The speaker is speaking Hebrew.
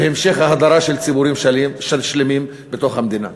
המשך ההדרה של ציבורים שלמים בתוך המדינה.